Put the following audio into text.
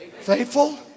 faithful